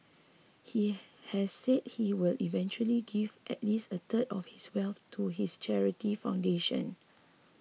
he has said he will eventually give at least a third of his wealth to his charity foundation